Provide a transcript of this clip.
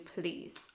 please